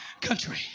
country